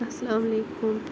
اسلام علیکُم